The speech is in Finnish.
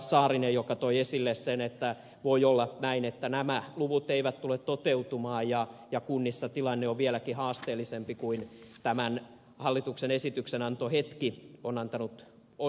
saarinen toi esille että voi olla näin että nämä luvut eivät tule toteutumaan ja kunnissa tilanne on vieläkin haasteellisempi kuin tämän hallituksen esityksen antohetki on antanut osoittaa